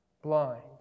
Blind